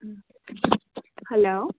hello